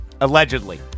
Allegedly